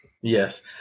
Yes